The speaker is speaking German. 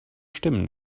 stimmen